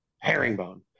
herringbone